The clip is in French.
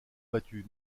battu